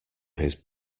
his